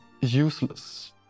useless